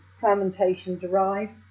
fermentation-derived